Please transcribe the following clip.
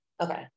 Okay